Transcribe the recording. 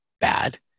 bad